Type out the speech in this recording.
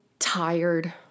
tired